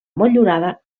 motllurada